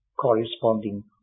corresponding